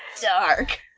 dark